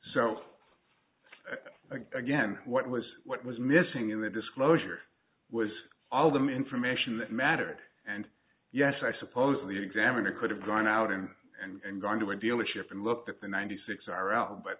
so again what was what was missing in the disclosure was all them information that mattered and yes i suppose the examiner could have gone out him and gone to a dealership and looked at the ninety six